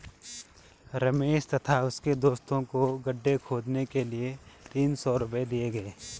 रमेश तथा उसके दोस्तों को गड्ढे खोदने के लिए तीन सौ रूपये दिए गए